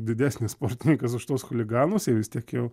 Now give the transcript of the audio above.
didesnis sportininkas už tuos chuliganus jie vis tiek jau